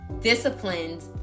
disciplined